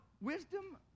wisdom